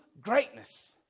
greatness